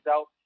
out